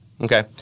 okay